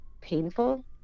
painful